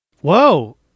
Whoa